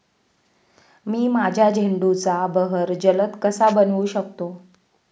मी माझ्या झेंडूचा बहर जलद कसा बनवू शकतो?